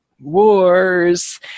wars